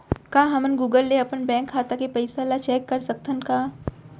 का हमन गूगल ले अपन बैंक खाता के पइसा ला चेक कर सकथन का?